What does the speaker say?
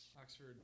Oxford